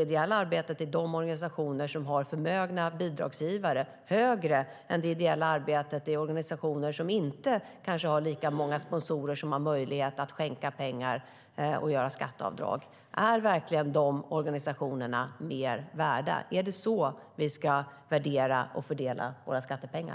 ideella arbetet i de organisationer som har förmögna bidragsgivare högre än det ideella arbetet i organisationer som kanske inte har lika många sponsorer som har möjlighet att skänka pengar och göra skatteavdrag. Är verkligen de organisationerna mer värda? Är det så vi ska värdera och fördela våra skattepengar?